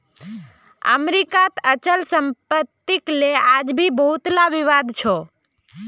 अमरीकात अचल सम्पत्तिक ले आज भी बहुतला विवाद छ